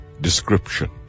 description